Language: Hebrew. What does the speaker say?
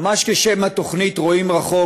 ממש כשם התוכנית "רואים רחוק",